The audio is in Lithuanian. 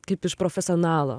kaip iš profesionalo